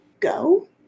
Go